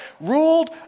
Ruled